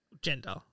Gender